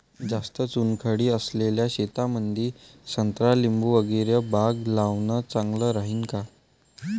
जास्त चुनखडी असलेल्या शेतामंदी संत्रा लिंबूवर्गीय बाग लावणे चांगलं राहिन का?